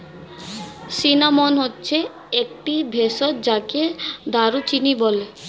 cinnamon হচ্ছে একটি ভেষজ যাকে দারুচিনি বলে